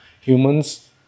humans